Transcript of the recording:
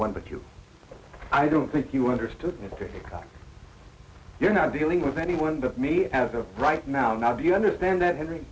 one but you i don't think you understood me because you're not dealing with anyone to me as of right now now do you understand that henry